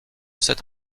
cette